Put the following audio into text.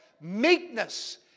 meekness